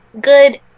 good